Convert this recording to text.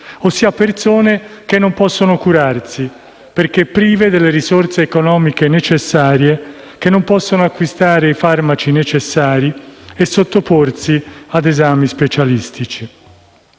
cioè persone che non possono curarsi, perché prive delle risorse economiche necessarie, che non possono acquistare i farmaci necessari né sottoporsi a esami specialistici.